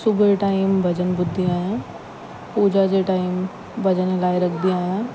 सुबुह जे टाइम भॼन ॿुधंदी आहियां पूॼा जे टाइम भॼन हलाए रखंदी आहियां